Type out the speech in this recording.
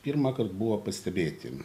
pirmąkart buvo pastebėti